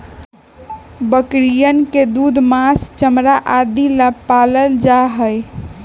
बकरियन के दूध, माँस, चमड़ा आदि ला पाल्ल जाहई